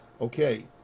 Okay